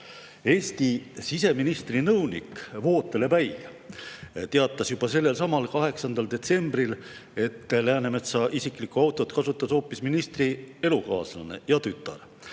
Eesti siseministri nõunik Vootele Päi teatas juba sellelsamal 8. detsembril, et Läänemetsa isiklikku autot kasutavad hoopis ministri elukaaslane ja tütar,